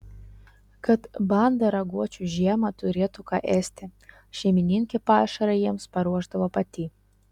kad banda raguočių žiemą turėtų ką ėsti šeimininkė pašarą jiems paruošdavo pati